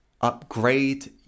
upgrade